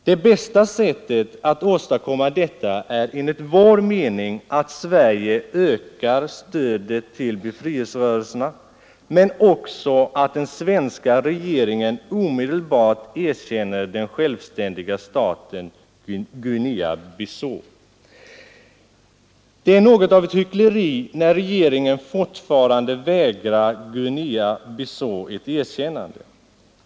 Det bästa sättet att åstadkomma detta är enligt vår mening att Sverige ökar stödet till befrielserörelserna men också att den svenska regeringen omedelbart erkänner den självständiga staten Guinea-Bissau. Det är något av ett hyckleri att den svenska regeringen fortfarande vägrar att erkänna Guinea-Bissau.